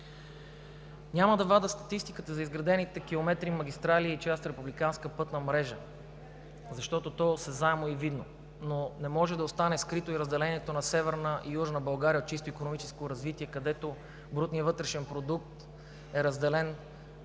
Няма да вадя статистиката за изградените километри, магистрали и част от републиканска пътна мрежа, защото то е осезаемо и видно. Но не може да остане скрито и разделението на Северна и Южна България в чисто икономическо развитие, където брутният вътрешен продукт е разделен